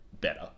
better